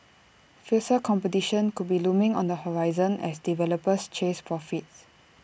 fiercer competition could be looming on the horizon as developers chase profits